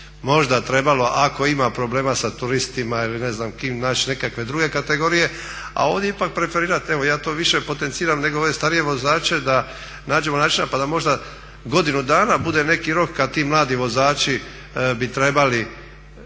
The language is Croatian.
možda trebalo ako ima problema sa turistima ili ne znam kim naći nekakve druge kategorije a ovdje ipak preferirati evo ja to više potenciram nego ove starije vozače da nađemo načina pa da možda godinu dana bude neki rok kad ti mladi vozači bi trebali